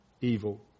evil